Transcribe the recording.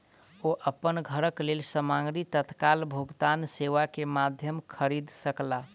ओ अपन घरक लेल सामग्री तत्काल भुगतान सेवा के माध्यम खरीद सकला